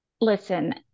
listen